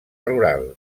rural